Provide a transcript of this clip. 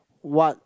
what